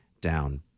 down